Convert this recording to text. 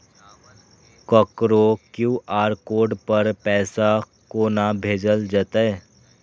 ककरो QR code पर पैसा कोना भेजल जेतै?